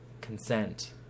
consent